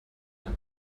ein